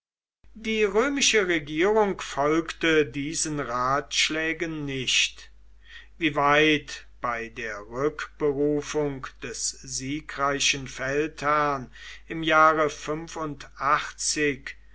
die römische regierung folgte diesen ratschlägen nicht wieweit bei der rückberufung des siegreichen feldherrn im jahre